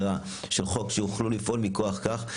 יוכל לפעול מכוחו.